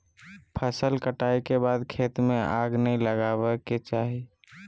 फसल कटाई के बाद खेत में आग नै लगावय के चाही